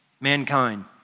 mankind